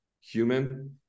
human